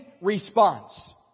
response